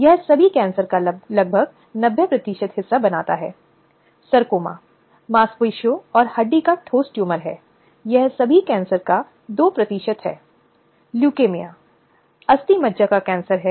यह उन संवैधानिक मानदंडों के खिलाफ है जो भारतीय दंड संहिता में निर्धारित किए गए दंडनीय और आपराधिक कृत्य हैं